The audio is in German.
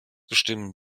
bestimmen